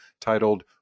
titled